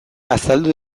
azaldu